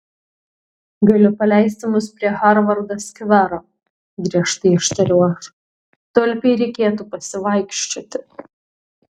gali paleisti mus prie harvardo skvero griežtai ištariau aš tulpei reikėtų pasivaikščioti